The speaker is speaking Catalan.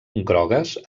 grogues